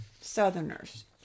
Southerners